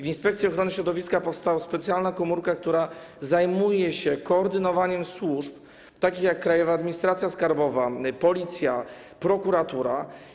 W Inspekcji Ochrony Środowiska powstała specjalna komórka, która zajmuje się koordynowaniem służb takich jak Krajowa Administracja Skarbowa, Policja, prokuratura.